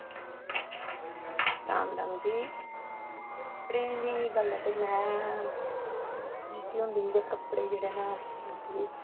राम राम जी कपड़ें दी गल्ल ऐ ते में निक्की होंदी ही ते कपड़े जेह्ड़े न क्योंकि